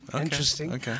interesting